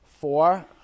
Four